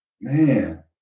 Man